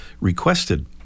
requested